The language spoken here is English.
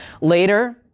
Later